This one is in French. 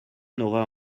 n’aura